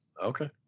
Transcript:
Okay